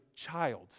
Child